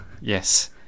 Yes